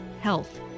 health